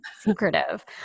secretive